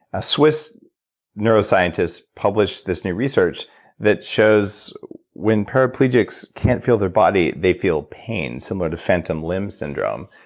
a swiss neuroscientist published this new research that shows when paraplegics can't feel their body, they feel pain similar to phantom limb syndrome.